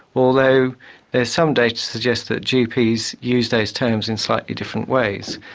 although there is some data to suggest that gps use those terms in slightly different ways,